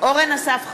אורן אסף חזן,